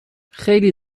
خیلی